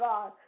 God